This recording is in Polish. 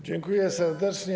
Dziękuję serdecznie.